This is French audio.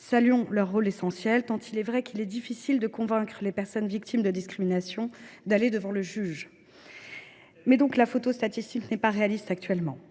Saluons leur rôle essentiel, tant il est vrai qu’il est difficile de convaincre les personnes victimes de discrimination d’aller devant le juge. Reste que la photographie statistique n’est pas réaliste. Je veux me